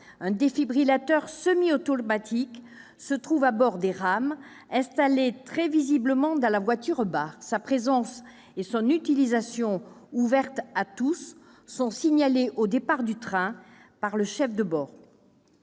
un défibrillateur semi-automatique se trouve à bord des rames, installé très visiblement dans la voiture-bar. Sa présence et son utilisation ouverte à tous sont signalées au départ du train par le chef de bord.